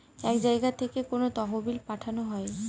এক জায়গা থেকে কোনো তহবিল পাঠানো হয়